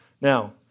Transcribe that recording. Now